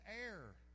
air